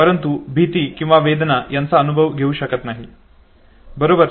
परंतु भीती किंवा वेदना यांचा अनुभव येऊ शकत नाही बरोबर